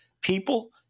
people